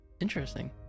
Interesting